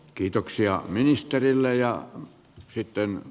kiitoksia ministerille ja riskittömän